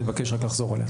אני מבקש רק לחזור עליה.